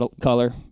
color